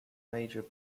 major